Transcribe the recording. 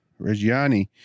Reggiani